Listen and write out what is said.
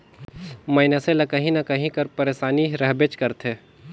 मइनसे ल काहीं न काहीं कर पइरसानी रहबेच करथे